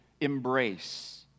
embrace